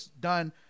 done